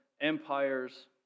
empires